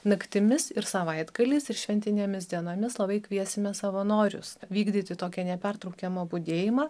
naktimis ir savaitgaliais ir šventinėmis dienomis labai kviesime savanorius vykdyti tokią nepertraukiamą budėjimą